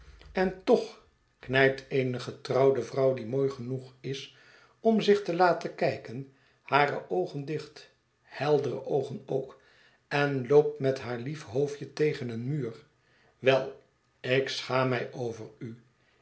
en toch knijpt eene getrouwde vrouw die mooi genoeg is om zich te laten kijken hare oogen dicht heldere oogen ook en loopt met haar lief hoofdje tegen een muur wel ik schaam mij over u